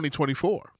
2024